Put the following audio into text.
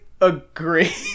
agree